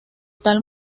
tal